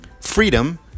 Freedom